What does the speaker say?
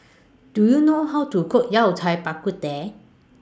Do YOU know How to Cook Yao Cai Bak Kut Teh